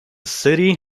city